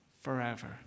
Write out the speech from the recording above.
forever